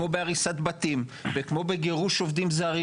כמו בהריסת בתים וכמו בגירוש עובדים זרים